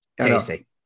Tasty